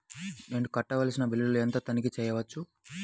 నేను కట్టవలసిన బిల్లులను ఎలా తనిఖీ చెయ్యవచ్చు?